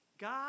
God